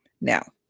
Now